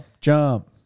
jump